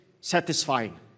satisfying